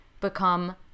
become